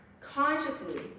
consciously